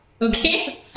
okay